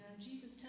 Jesus